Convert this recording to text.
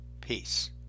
Peace